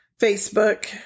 Facebook